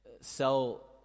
sell